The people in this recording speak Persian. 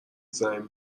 زنگ